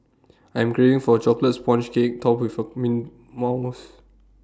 I am craving for Chocolate Sponge Cake Topped with mint